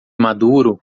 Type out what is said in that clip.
maduro